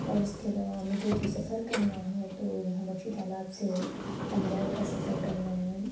اور اس کے علاوہ مجھے جو سفر کرنا ہے تو یہاں بخشی تالاب سے تمبور کا سفر کرنا ہے